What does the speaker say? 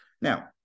Now